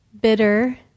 bitter